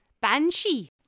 Banshee